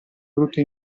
brutto